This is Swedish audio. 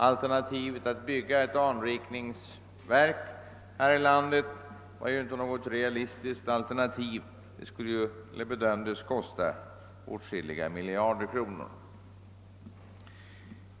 Alternativet att bygga ett anrikningsverk här i landet var inte realistiskt. Det bedömdes komma att kosta åtskilliga miljarder kronor.